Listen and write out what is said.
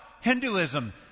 Hinduism